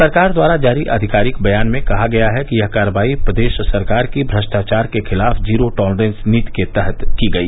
सरकार द्वारा जारी आधिकारिक बयान में कहा गया कि यह कार्रवाई प्रदेश सरकार की भ्रष्टाचार के खिलाफ जीरो टॉलरेंस नीति के तहत की गई